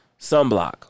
Sunblock